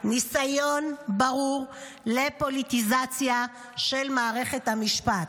ניסיון ברור לפוליטיזציה של מערכת המשפט.